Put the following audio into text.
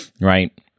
right